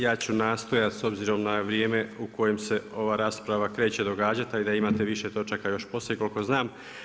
Ja ću nastojati s obzirom na vrijeme u kojem se ova rasprava kreće događati tako da imate više točaka još poslije koliko znam.